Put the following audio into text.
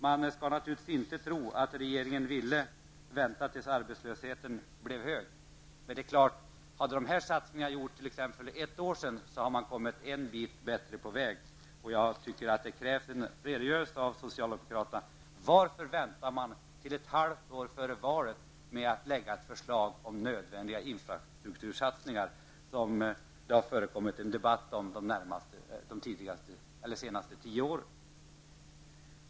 Man skall naturligtvis inte tro att regeringen ville vänta tills arbetslösheten blev hög. Men hade satsningarna gjorts t.ex. för ett år sedan hade vi kommit en bit längre på vägen. Jag tycker alltså att det krävs en redogörelse från socialdemokraternas sida. Varför väntade man till ett halvt år före valet med att lägga fram ett förslag om nödvändiga infrastruktursatsningar, som ju har diskuterats under de senaste tio åren?